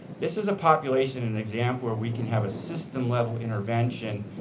this is a population and example where we can have a system-level intervention,